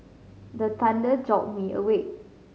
the thunder jolt me awake